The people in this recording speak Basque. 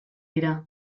dira